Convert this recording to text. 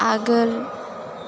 आगोल